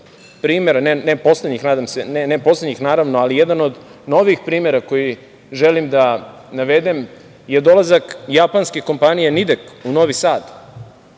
ne poslednjih ali jedan od novijih primera koji želim da navedem, je dolazak japanske kompanije „Nidek“ u Novi Sad.